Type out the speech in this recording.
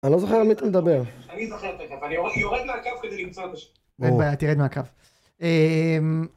אני לא זוכר על מי אתה מדבר, אני יורד מהקו כדי למצוא את השם אין בעיה תירד מהקו